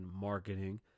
marketing